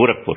Gorakhpur